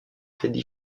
teddy